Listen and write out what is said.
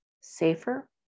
safer